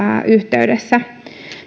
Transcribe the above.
yhteydessä